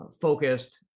Focused